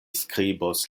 skribos